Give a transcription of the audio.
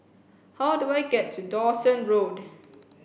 how do I get to Dawson Road